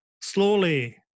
slowly